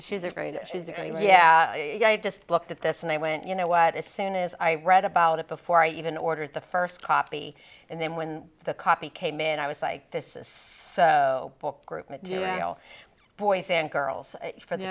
she's a very physical yeah yeah i just looked at this and i went you know what as soon as i read about it before i even ordered the first copy and then when the copy came in i was like this is for boys and girls for the